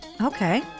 Okay